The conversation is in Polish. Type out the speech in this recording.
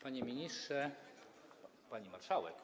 Panie ministrze... Pani Marszałek!